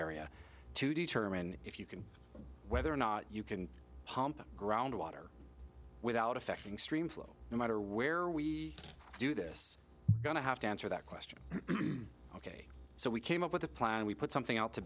area to determine if you can whether or not you can hump groundwater without affecting stream flow no matter where we do this going to have to answer that question ok so we came up with a plan we put something out to